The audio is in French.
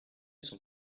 son